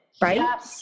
right